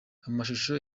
amashusho